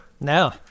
No